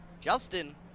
Justin